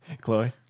Chloe